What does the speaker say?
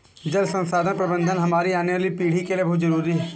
जल संसाधन प्रबंधन हमारी आने वाली पीढ़ी के लिए बहुत जरूरी है